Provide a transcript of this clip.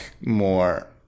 more